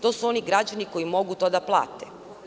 To su oni građani koji mogu to da plate.